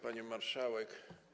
Pani Marszałek!